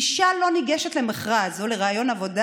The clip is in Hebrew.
אישה לא ניגשת למכרז או לריאיון עבודה